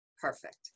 Perfect